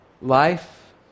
Life